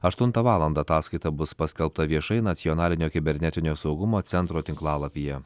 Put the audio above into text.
aštuntą valandą ataskaita bus paskelbta viešai nacionalinio kibernetinio saugumo centro tinklalapyje